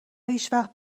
هیچوقت